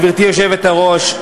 גברתי היושבת-ראש,